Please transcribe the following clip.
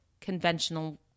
conventional